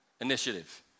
initiative